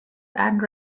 and